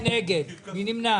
מי נגד, מי נמנע?